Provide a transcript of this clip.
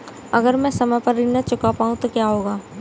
अगर म ैं समय पर ऋण न चुका पाउँ तो क्या होगा?